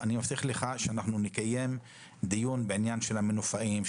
אני מבטיח לך שאנחנו נקיים דיון בעניין המנופאים,